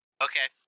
Okay